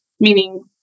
meaning